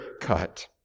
cut